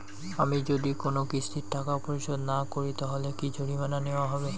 আমি যদি কোন কিস্তির টাকা পরিশোধ না করি তাহলে কি জরিমানা নেওয়া হবে?